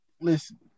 listen